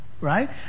right